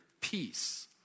peace